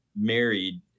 married